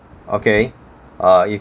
okay err if